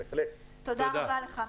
תודה רבה לך.